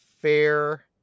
fair